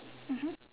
mmhmm